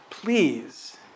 please